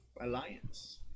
alliance